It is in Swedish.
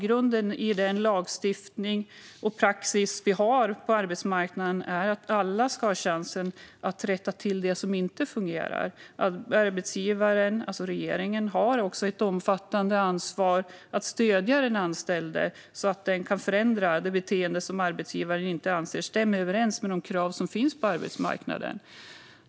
Grunden i den lagstiftning och praxis vi har på arbetsmarknaden är att alla ska ha chansen att rätta till det som inte fungerar. Arbetsgivaren, det vill säga regeringen, har också ett omfattande ansvar att stödja den anställde så att den kan förändra det beteende som arbetsgivaren inte anser stämmer överens med de krav som finns på arbetsmarknaden.